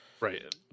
Right